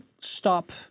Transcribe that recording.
stop